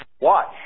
watch